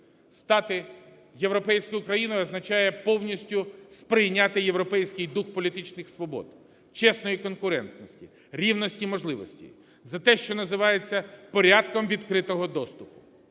Стати європейською країною означає повністю сприйняти європейський дух політичних свобод, чесної конкурентності, рівності можливостей – це те, що називається порядком відкритого доступу.